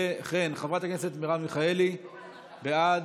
וכן, חברת הכנסת מרב מיכאלי, בעד,